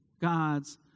God's